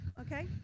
okay